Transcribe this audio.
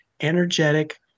energetic